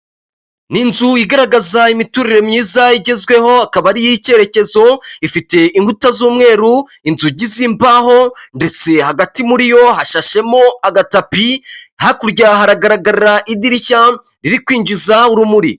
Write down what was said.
Ni inzu igaragaza imiturire myiza igezweho akaba ari iy'ikerekezo, ifite inkuta z'umweru, inzugi z'imbaho, ndetse hagati muri yo hashashemo agatapiri, hakurya haragaragarira idirishya riri kwinjiza urumuri.